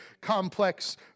complex